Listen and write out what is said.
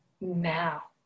now